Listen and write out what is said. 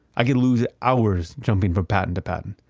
i could lose hours jumping from patent to patent.